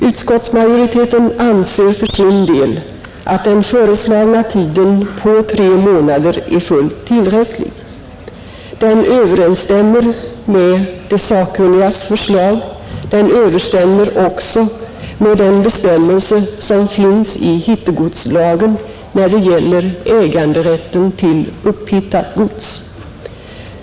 Utskottsmajoriteten anser för sin del att den föreslagna tiden på tre månader är fullt tillräcklig. Den överensstämmer med de sakkunnigas förslag, den överensstämmer också med den bestämmelse som finns i hittegodslagen när det gäller äganderätten till upphittat gods.